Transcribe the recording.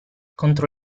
contro